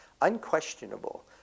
unquestionable